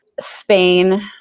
Spain